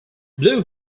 blue